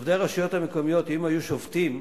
אם עובדי הרשויות המקומיות היו שובתים,